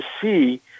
see